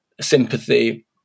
sympathy